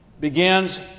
begins